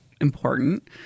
important